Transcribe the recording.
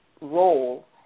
role